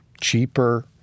cheaper